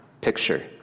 picture